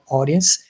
audience